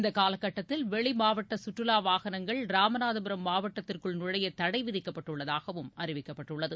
இந்த காலகட்டத்தில் வெளி மாவட்ட சுற்றுலா வாகனங்கள் ராமநாதபுரம் மாவட்டத்திற்குள் நுழைய தடை விதிக்கப்பட்டுள்ளதாகவும் அறிவிக்கப்பட்டுள்ளது